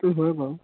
সেইটো হয় বাৰু